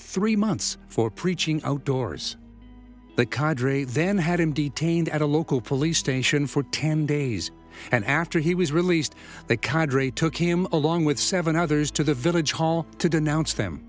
three months for preaching outdoors the qadri then had him detained at a local police station for ten days and after he was released they khadr a took him along with seven others to the village hall to denounce them